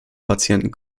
patienten